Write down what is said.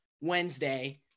Wednesday